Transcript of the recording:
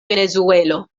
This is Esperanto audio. venezuelo